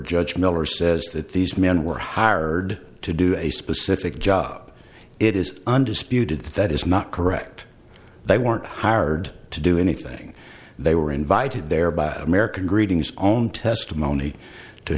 judge miller says that these men were hired to do a specific job it is undisputed that that is not correct they weren't hired to do anything they were invited there by american greetings own testimony to